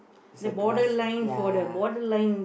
is a grass ya